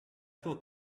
thought